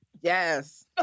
Yes